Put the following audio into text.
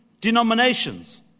denominations